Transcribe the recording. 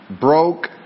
broke